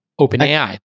OpenAI